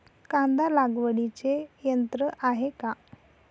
कांदा लागवडीचे यंत्र आहे का?